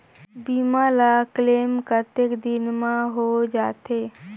बीमा ला क्लेम कतेक दिन मां हों जाथे?